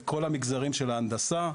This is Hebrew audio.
בכל המגזרים של ההנדסה,